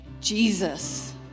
Jesus